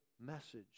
message